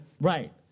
Right